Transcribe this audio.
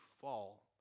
fall